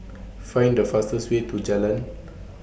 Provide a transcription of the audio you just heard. Find The fastest Way to Jalan